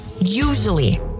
Usually